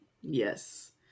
Yes